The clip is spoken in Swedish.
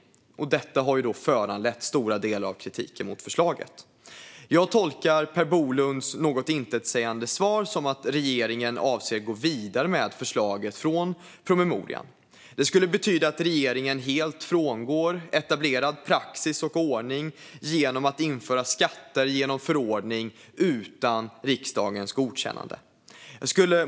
Detta har föranlett stora delar av kritiken mot förslaget. Jag tolkar Per Bolunds något intetsägande svar som att regeringen avser att gå vidare med förslaget från promemorian. Det skulle betyda att regeringen helt frångår etablerad praxis och ordning genom att införa skatter genom förordning utan riksdagens godkännande.